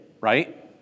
right